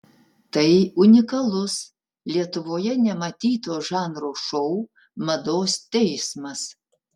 tai unikalus lietuvoje nematyto žanro šou mados teismas